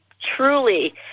truly